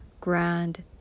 grand